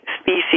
species